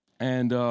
and